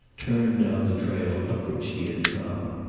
turned down the trail up which he had come.